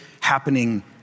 happening